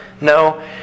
No